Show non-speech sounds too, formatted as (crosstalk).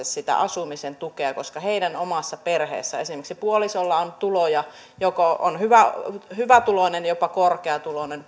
(unintelligible) sitä asumisen tukea tarvitse koska heidän omassa perheessä esimerkiksi puolisolla on tuloja jos puoliso on hyvätuloinen jopa korkeatuloinen (unintelligible)